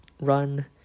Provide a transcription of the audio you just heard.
run